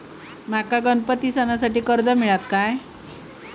माका गणपती सणासाठी कर्ज मिळत काय?